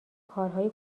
کارهای